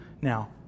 now